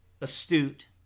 astute